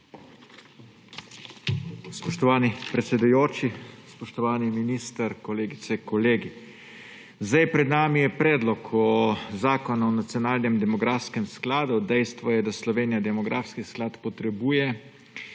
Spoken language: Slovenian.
Spoštovani predsedujoči, spoštovani minister, kolegice, kolegi! Pred nami je Predlog zakona o nacionalnem demografskem skladu. Dejstvo je, da Slovenija demografski sklad potrebuje